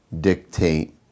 dictate